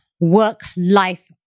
work-life